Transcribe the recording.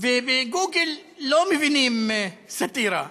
ובגוגל לא מבינים סאטירה.